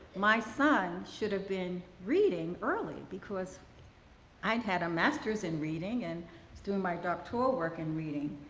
my son should have been reading early, because i had a master's in reading and was doing my doctoral work in reading.